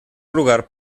lugar